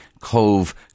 Cove